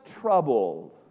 troubled